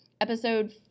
episode